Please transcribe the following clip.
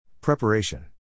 Preparation